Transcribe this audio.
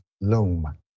loom